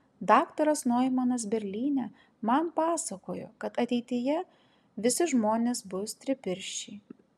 daktaras noimanas berlyne man pasakojo kad ateityje visi žmonės bus tripirščiai